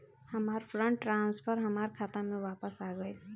हमार fund transfer हमार खाता में वापस आ गइल